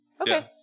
okay